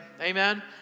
Amen